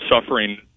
suffering